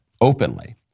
openly